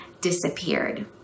disappeared